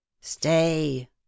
Stay